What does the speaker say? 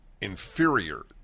inferior